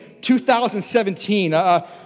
2017